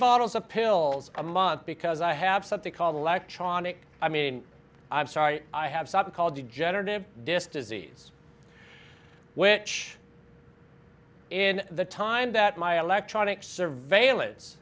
bottles of pills a month because i have something called a life charnock i mean i'm sorry i have something called degenerative disk disease which in the time that my electronic surveillance